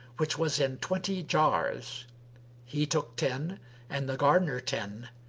which was in twenty jars he took ten and the gardener ten,